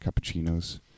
cappuccinos